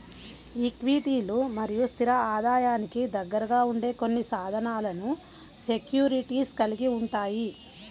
ఈక్విటీలు మరియు స్థిర ఆదాయానికి దగ్గరగా ఉండే కొన్ని సాధనాలను సెక్యూరిటీస్ కలిగి ఉంటాయి